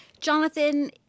Jonathan